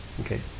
okay